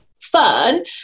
fun